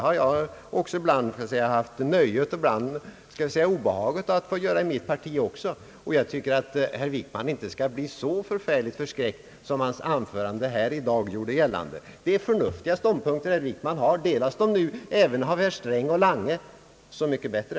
Jag har också haft nöjet, eller skall vi säga obehaget, att få göra det även i mitt parti. Jag tycker att herr Wickman inte skall bli så förskräckt som hans anförande här i dag gjorde gällande. Det är förnuftiga ståndpunkter herr Wickman har. Delas de nu även av herr Sträng och herr Lange så är det så mycket bättre.